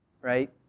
Right